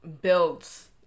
builds